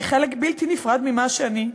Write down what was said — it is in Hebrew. שהיא חלק בלתי נפרד ממה שאני,